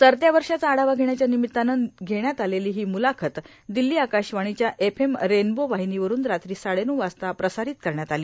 सरत्या वर्षाचा आढावा घेण्याच्या निमित्तानं घेण्यात आलेली ही मुलाखत दिल्ली आकाशवाणीच्या एफएम रेनबो वाहिनीवरून रात्री साडेनऊ वाजता प्रसारित करण्यात आली